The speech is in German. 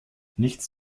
nichts